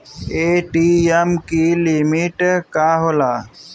ATM की limit का होला?